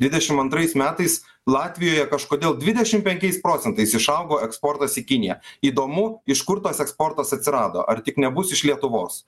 dvidešim antrais metais latvijoje kažkodėl dvidešim penkiais procentais išaugo eksportas į kiniją įdomu iš kur tas eksportas atsirado ar tik nebus iš lietuvos